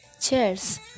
cheers